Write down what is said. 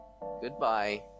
Goodbye